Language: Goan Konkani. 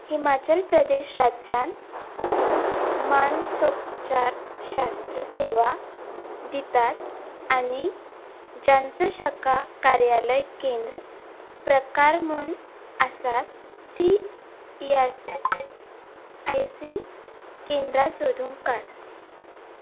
हिमाचल प्रदेश राज्यांत मानसोपचार शास्त्र सेवा दितात आनी जांचो शाका कार्यालय केंद्र प्रकार म्हूण आसात ती ई एस आय सी केंद्रां सोदूंक काड